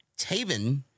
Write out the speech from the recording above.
Taven